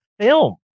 film